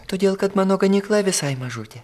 todėl kad mano ganykla visai mažutė